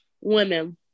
Women